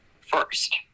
first